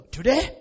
Today